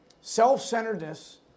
self-centeredness